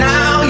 Now